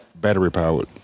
battery-powered